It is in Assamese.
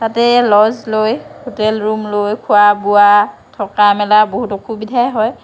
তাতে ল'জ লৈ হোটেল ৰুম লৈ খোৱা বোৱা থকা মেলা বহুত অসুবিধাই হয়